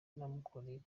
namukoreye